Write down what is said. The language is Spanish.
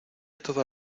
toda